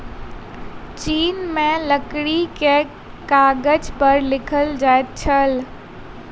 चीन में लकड़ी के कागज पर लिखल जाइत छल